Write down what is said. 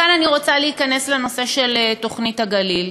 כאן אני רוצה להיכנס לנושא של תוכנית הגליל.